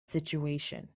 situation